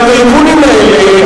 הטייקונים האלה,